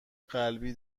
قلبی